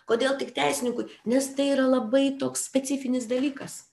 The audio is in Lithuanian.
kodėl tik teisininkui nes tai yra labai toks specifinis dalykas